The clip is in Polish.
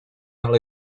ale